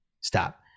stop